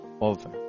over